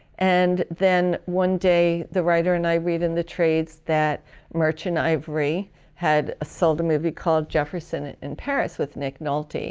and then one day the writer and i read in the trades that merchant ivory had sold a movie called jefferson in paris with nick nolte.